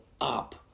up